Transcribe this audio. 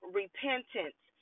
repentance